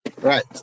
Right